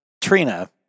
Trina